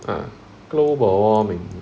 ah global warming